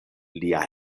lia